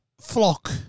flock